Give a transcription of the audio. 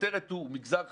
הכותרת היא "מגזר חרדי",